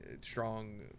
strong